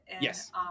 yes